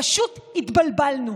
פשוט התבלבלנו.